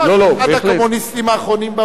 לא, הוא אחד הקומוניסטים האחרונים בעולם.